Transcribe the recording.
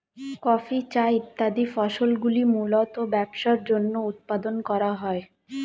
coffee, চা ইত্যাদি ফসলগুলি মূলতঃ ব্যবসার জন্য উৎপাদন করা হয়